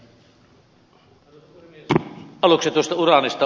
aluksi tuosta uraanista